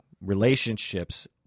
relationships—